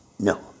No